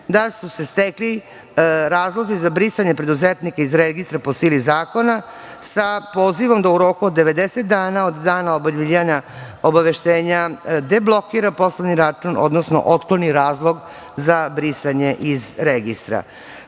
da su se stekli razlozi za brisanje preduzetnika iz registra po sili zakona, sa pozivom da u roku od 90 dana od dana objavljivanja obaveštenja deblokira poslovni račun, odnosno otkloni razlog za brisanje iz